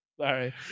Sorry